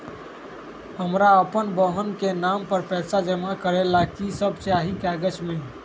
हमरा अपन बहन के नाम पर पैसा जमा करे ला कि सब चाहि कागज मे?